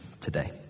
today